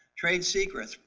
trade secrets,